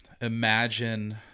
imagine